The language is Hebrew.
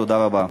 תודה רבה.